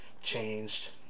changed